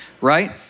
Right